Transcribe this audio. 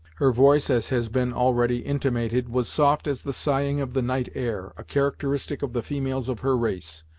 her voice, as has been already intimated, was soft as the sighing of the night air, a characteristic of the females of her race,